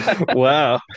wow